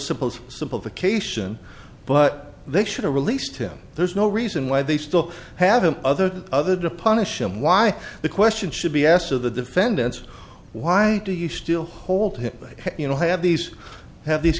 suppose simplification but they should have released him there's no reason why they still have him other than other to punish him why the question should be asked of the defendants why do you still hold him you know have these have these